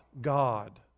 God